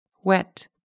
Wet